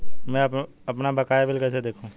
मैं अपना बकाया बिल कैसे देखूं?